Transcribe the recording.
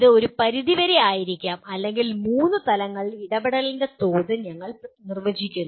ഇത് ഒരു പരിധിവരെ ആയിരിക്കാം അല്ലെങ്കിൽ മൂന്ന് തലങ്ങളിൽ ഇടപെടലിന്റെ തോത് ഞങ്ങൾ നിർവചിക്കുന്നു